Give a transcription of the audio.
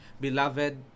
Beloved